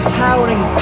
towering